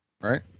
Right